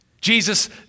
Jesus